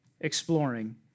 exploring